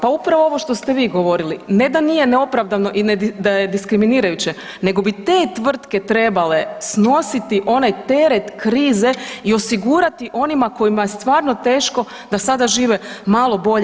Pa upravo ovo što ste vi govorili, ne da nije neopravdano i da je diskriminirajuće nego bi te tvrtke trebale snositi onaj teret krize i osigurati onima kojima je stvarno teško da sada žive malo bolje.